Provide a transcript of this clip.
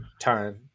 time